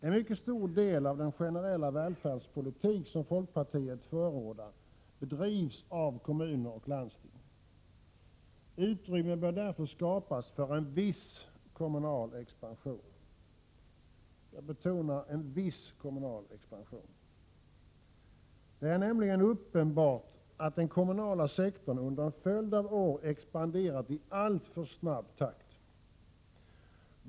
En mycket stor del av den generella välfärdspolitik som folkpartiet förordar bedrivs av kommuner och landsting. Utrymme bör därför skapas för en viss kommunal expansion. Det är nämligen uppenbart att den kommunala sektorn under en följd av år har expanderat i allför snabb takt.